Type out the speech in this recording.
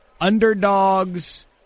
underdogs